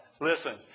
Listen